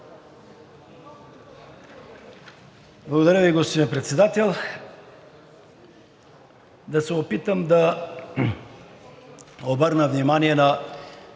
Благодаря Ви, господин Председател. Да се опитам да обърна внимание на